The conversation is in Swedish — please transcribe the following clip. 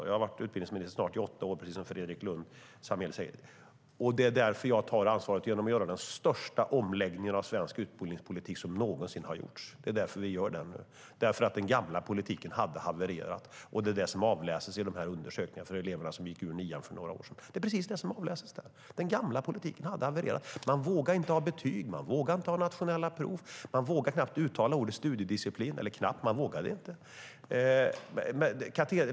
Jag har varit utbildningsminister i snart åtta år, precis som Fredrik Lundh Sammeli säger. Jag tar det ansvaret genom att göra den största omläggningen av svensk utbildningspolitik någonsin. Vi gör det eftersom den gamla politiken hade havererat. Det kan avläsas i de undersökningar som elever som gick ut nian för några år sedan deltagit i. Den gamla politiken hade havererat. Man vågade inte ha betyg. Man vågade inte ha nationella prov. Man vågade inte ens uttala ordet studiedisciplin.